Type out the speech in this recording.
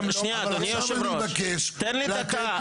אבל אני מבקש- -- תן לי דקה.